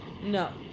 No